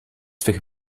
swych